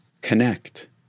connect